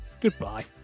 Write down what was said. Goodbye